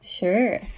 Sure